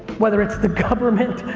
whether it's the government,